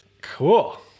Cool